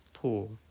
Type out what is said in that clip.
tool